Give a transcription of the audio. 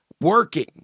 working